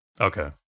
okay